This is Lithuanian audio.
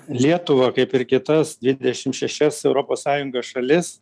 lietuvą kaip ir kitas dvidešim šešias europos sąjungos šalis